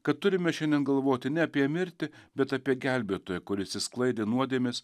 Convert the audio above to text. kad turime šiandien galvoti ne apie mirtį bet apie gelbėtoją kuris išsklaidė nuodėmes